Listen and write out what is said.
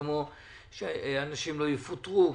כמו שאנשים לא יפוטרו,